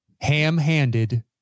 Ham-handed